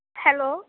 hello